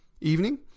evening